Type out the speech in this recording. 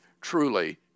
truly